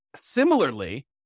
Similarly